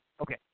Okay